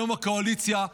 היום הקואליציה,